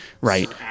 right